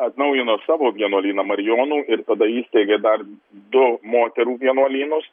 atnaujino savo vienuolyną marijonų ir tada įsteigė dar du moterų vienuolynus